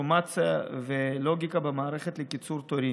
אוטומציה ולוגיקה במערכת לקיצור תורים.